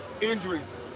injuries